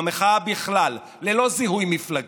ובמחאה בכלל, ללא זיהוי מפלגתי.